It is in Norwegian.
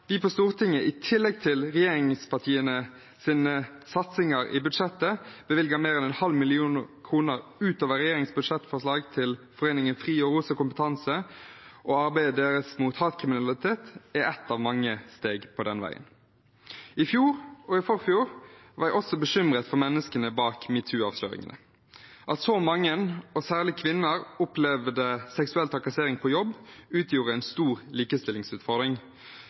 vi på Stortinget i tillegg til regjeringspartienes satsinger i budsjettet, bevilger mer enn en halv million kroner utover regjeringens budsjettforslag til foreningen Fri og Rosa kompetanse og arbeidet mot hatkriminalitet, er ett av mange steg på den veien. I fjor og i forfjor var jeg også bekymret for menneskene bak metoo-avsløringene. At så mange, særlig kvinner, opplevde seksuell trakassering på jobb, utgjorde en stor likestillingsutfordring.